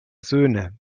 söhne